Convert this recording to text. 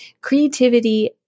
creativity